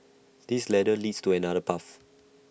this ladder leads to another path